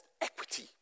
equity